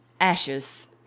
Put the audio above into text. Ashes